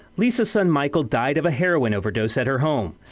lisa's son michael died of a heroin overdose at her home.